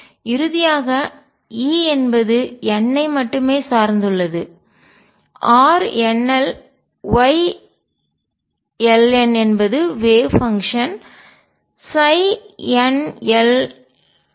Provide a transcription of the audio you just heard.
இறுதியாக E என்பது n ஐ மட்டுமே சார்ந்துள்ளது RnlYln என்பது வேவ் பங்ஷன் அலை செயல்பாடு nln ஆகும்